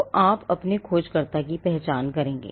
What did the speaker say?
तो आप अपने खोजकर्ता की पहचान करेंगे